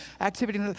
activity